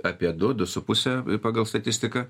apie du su puse pagal statistiką